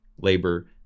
labor